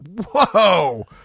whoa